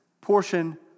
portion